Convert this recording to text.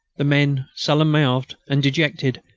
the men, sullen-mouthed and dejected,